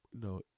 No